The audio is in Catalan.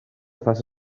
faça